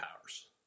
powers